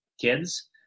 kids